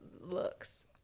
looks